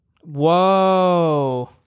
Whoa